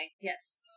yes